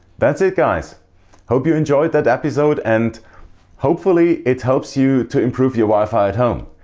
that's it guys hope you enjoyed that episode and hopefully it helps you to improve your wi-fi at home.